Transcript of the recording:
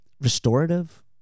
restorative